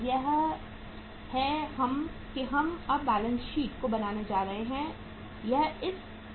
यह है कि हम अब बैलेंस शीट को बनाने जा रहे हैं